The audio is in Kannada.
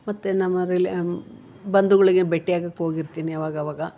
ಮತ್ತು ನಮ್ಮ ರಿಲೇ ಬಂಧುಗಳಿಗೆ ಭೇಟಿಯಾಗಕ್ಕೆ ಹೋಗಿರ್ತಿನಿ ಅವಾಗ ಅವಾಗ